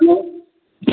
hello